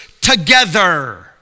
together